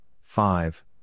five